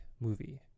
movie